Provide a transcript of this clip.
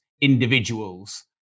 individuals